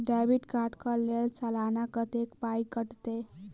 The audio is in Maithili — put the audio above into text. डेबिट कार्ड कऽ लेल सलाना कत्तेक पाई कटतै?